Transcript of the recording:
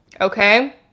okay